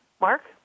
Mark